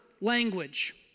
language